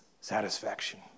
satisfaction